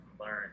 learn